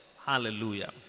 Hallelujah